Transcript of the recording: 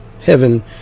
heaven